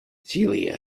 celia